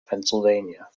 pennsylvania